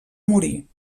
morir